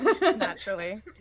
Naturally